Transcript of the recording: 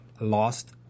lost